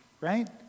right